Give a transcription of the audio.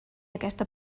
aquesta